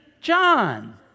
John